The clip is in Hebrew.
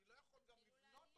אני לא יכול גם לבנות תוכנית.